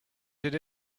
did